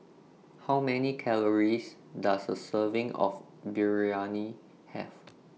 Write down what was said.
How Many Calories Does A Serving of Biryani Have